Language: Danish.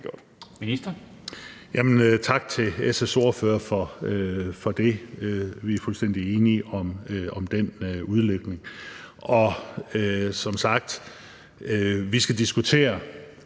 tak til SF's ordfører for det. Vi er fuldstændig enige om den udlægning. Som sagt skal vi diskutere